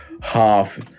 half